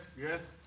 yes